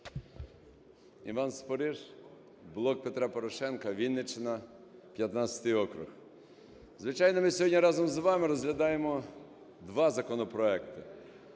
Іван Спориш, "Блок Петра Порошенка", Вінниччина, 15 округ. Звичайно, ми сьогодні разом з вами розглядаємо два законопроекти.